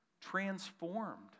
transformed